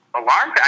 alarm